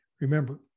Remember